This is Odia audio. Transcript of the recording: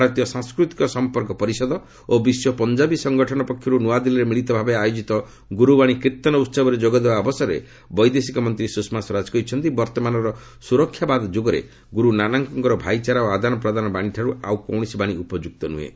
ଭାରତୀୟ ସାଂସ୍କୃତିକ ସଫପର୍କ ପରିଷଦ ଓ ବିଶ୍ୱ ପଞ୍ଜାବୀ ସଂଗଠନ ପକ୍ଷରୁ ନୂଆଦିଲ୍ଲୀରେ ମିଳିତ ଭାବେ ଆୟୋଜିତ ଗୁରୁବାଣୀ କୀର୍ତ୍ତନ ଉହବରେ ଯୋଗଦେବା ଅବସରରେ ବୈଦେଶିକ ମନ୍ତ୍ରୀ ସୁଷମା ସ୍ୱରାଜ କହିଛନ୍ତି ବର୍ତ୍ତମାନର ସୁରକ୍ଷାବାଦ ଯୁଗରେ ଗୁରୁ ନାନକଙ୍କର ଭାଇଚାରା ଓ ଆଦାନପ୍ରଦାନ ବାଣୀଠାରୁ ଆଉ କୌଣସି ବାଣୀ ଉପଯୁକ୍ତ ନୁହେଁ